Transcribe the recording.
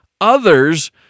others